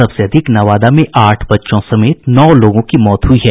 सबसे अधिक नवादा में आठ बच्चों समेत नौ लोगों की मौत हयी है